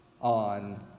on